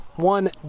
One